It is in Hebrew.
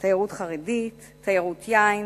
תיירות חרדית, תיירות יין